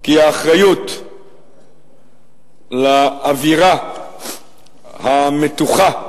כי האחריות לאווירה המתוחה,